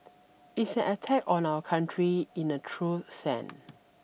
it's an attack on our country in a true send